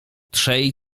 trzej